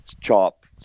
chop